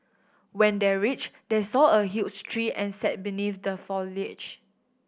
when they reached they saw a huge tree and sat beneath the foliage